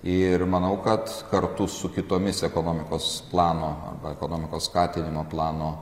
ir manau kad kartu su kitomis ekonomikos plano arba ekonomikos skatinimo plano